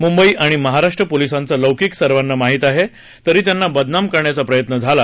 मुंबई आणि महाराष्ट्र पोलिसांचा लौकिक सर्वांना माहिती आहे तरी त्यांना बदनाम करण्याचा प्रयत्न झाला